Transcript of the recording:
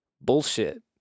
bullshit